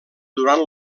durant